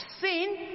sin